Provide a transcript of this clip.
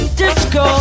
disco